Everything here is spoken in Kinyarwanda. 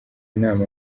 inama